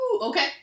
Okay